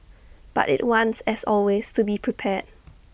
but IT wants as always to be prepared